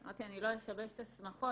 אמרתי שאני לא אשבש את השמחות,